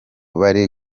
bari